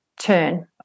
turn